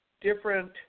different